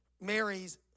Mary's